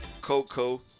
Coco